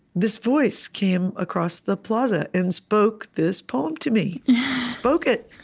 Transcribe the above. this voice came across the plaza and spoke this poem to me spoke it.